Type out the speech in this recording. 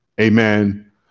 amen